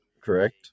correct